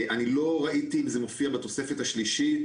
אני לא ראיתי את זה מופיע בתוספת השלישית